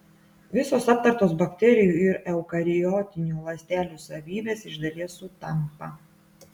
visos aptartos bakterijų ir eukariotinių ląstelių savybės iš dalies sutampa